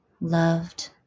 loved